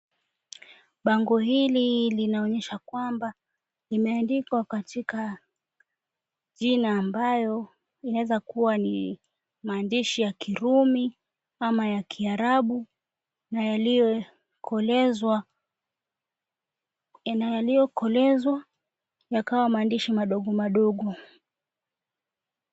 Bango hili linaonyesha kwamba limeandikwa katika jina ambayo inaweza kuwa ni maandishi ya kirumi ama ya Kiarabu na yaliyokolezwa yakawa maandishi madogomadogo.